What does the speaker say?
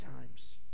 times